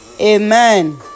Amen